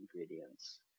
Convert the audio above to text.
ingredients